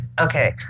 okay